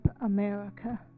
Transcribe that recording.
America